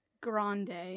Grande